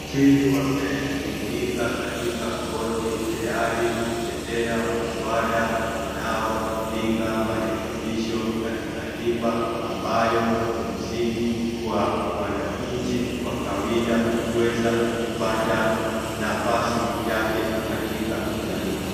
WaKili wamejumuika katika koti tayari kutetea mswada unaopinga marekibisho katika katiba ambayo ni msingi kwa wanainchi wakawida kuweza kupata nafasi yake katika jami.